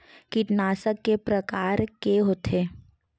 कीटनाशक के प्रकार के होथे?